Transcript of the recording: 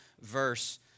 verse